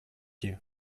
you